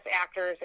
actors